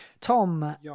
Tom